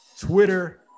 Twitter